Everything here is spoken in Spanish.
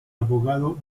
abogado